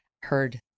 heard